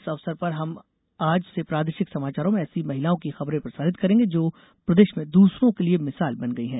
इस अवसर पर हम आज से प्रादेशिक समाचारों में ऐसी महिलाओं की खबरें प्रसारित करेंगे जो प्रदेश में दूसरों के लिए मिसाल बन गई हैं